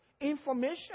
information